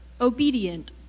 obedient